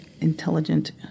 intelligent